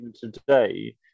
today